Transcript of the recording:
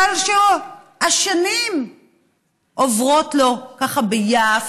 השנים עוברות לו ככה ביעף,